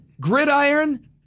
gridiron